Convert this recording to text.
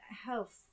health